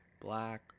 black